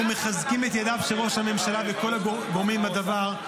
אנחנו מחזקים את ידיו של ראש הממשלה וכל הגורמים בדבר,